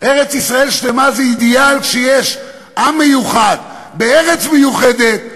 ארץ-ישראל שלמה זה אידיאל כשיש עם מיוחד בארץ מיוחדת.